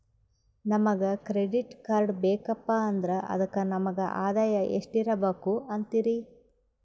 ನಮಗ credit card ಬೇಕಪ್ಪ ಅಂದ್ರ ಅದಕ್ಕ ನಮಗ ಆದಾಯ ಎಷ್ಟಿರಬಕು ಅಂತೀರಿ?